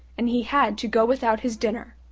and he had to go without his dinner.